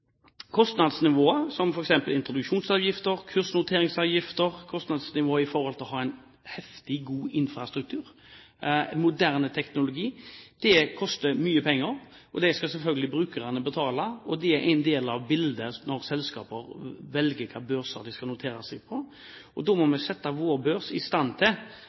Introduksjonsavgifter, kursnoteringsavgifter, det å ha en heftig, god infrastruktur, moderne teknologi osv. koster mye penger. Det skal selvfølgelig brukerne betale, og det er en del av bildet når selskaper velger hvilke børser de skal noteres på. Da må vi sette vår børs i stand til